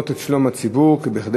ייצוג הולם של האוכלוסייה הערבית בסגל